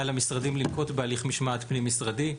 למשרדים לנקוט בהליך משמעת פנים-משרדי.